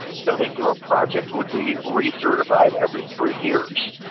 so that your project would be recertified every three years.